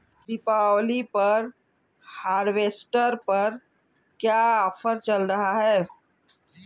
दीपावली पर हार्वेस्टर पर क्या ऑफर चल रहा है?